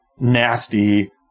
nasty